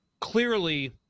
clearly